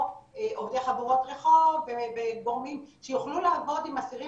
עובדי חבורות רחוב וגורמים שיוכלו לעבוד עם אסירים